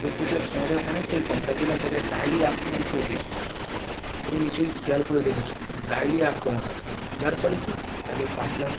রোগ প্রতিরোধ ক্ষমতা অনেকটাই কম তার জন্য তাদের ডায়েরিয়া আক্রমণ খুব বেশি হয় এটা নিশ্চয়ই খেয়াল করে দেখেছ যে ডায়েরিয়া আক্রমণ হয় যার ফলে কী তাদের পাতলা